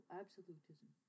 absolutism